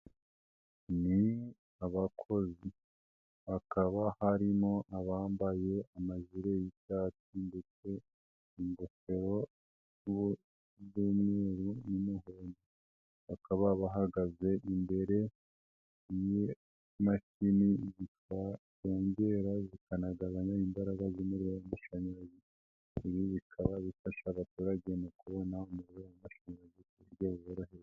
Ni abakozi, hakaba harimo abambaye amajire y'icyatsi ndetse n'ingofero z'umweru n'umuhodo, bakaba bahagaze imbere y'imashini zongera zikanagabanya imbaraga z'umuriro w'amashanyarazi, ibi bikaba bifasha abaturage mu kubona umuriro w'amashanyarazi ku buryo buboroheye.